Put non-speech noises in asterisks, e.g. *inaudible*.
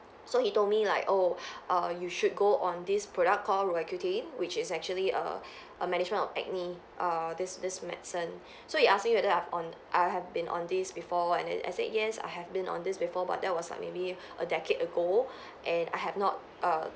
so he told me like oh *breath* err you should go on this product called accutane which is actually a a management of acne err this this medicine so he asked me whether I've on I have been on these before and then I said yes I have been on this before but that was like maybe a decade ago and I have not err